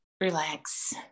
relax